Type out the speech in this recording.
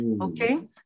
Okay